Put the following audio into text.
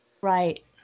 Right